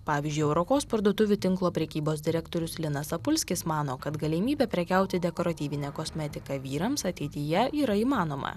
pavyzdžiui europos parduotuvių tinklo prekybos direktorius linas apulskis mano kad galimybė prekiauti dekoratyvine kosmetika vyrams ateityje yra įmanoma